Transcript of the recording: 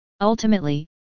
Ultimately